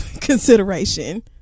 consideration